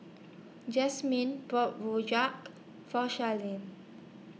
Jasmin bought Rojak For Shirlene